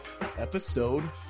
Episode